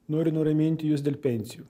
noriu nuraminti jus dėl pensijų